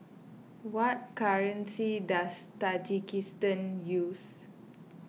what currency does Tajikistan use